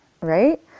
right